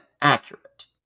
accurate